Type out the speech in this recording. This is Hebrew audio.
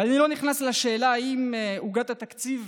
אני לא נכנס לשאלה אם עוגת התקציב